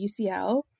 UCL